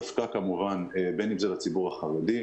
דווקא כמובן בין אם זה לציבור החרדי,